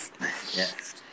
Yes